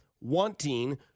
wanting